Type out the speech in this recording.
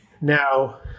Now